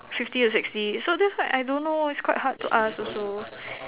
fifty to sixty so that's why I don't know it's quite hard to ask also